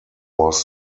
was